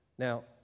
Now